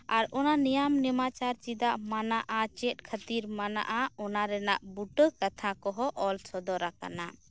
ᱟᱨ ᱚᱱᱟ ᱱᱤᱭᱚᱢ ᱱᱮᱢᱟᱪᱟᱨ ᱪᱮᱫᱟᱜ ᱢᱟᱱᱟᱜᱼᱟ ᱪᱮᱫ ᱠᱷᱟᱹᱛᱤᱨ ᱢᱟᱱᱟᱜᱼᱟ ᱚᱱᱟᱨᱮᱱᱟᱜ ᱵᱩᱴᱟᱹ ᱠᱟᱛᱷᱟ ᱠᱚᱦᱚᱸ ᱚᱞ ᱥᱚᱫᱚᱨ ᱟᱠᱟᱱᱟ